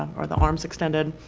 or the arms extended